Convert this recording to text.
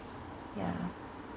ya